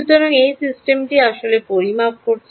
সুতরাং এই সিস্টেমটি আসলে পরিমাপ করছে